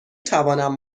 توانم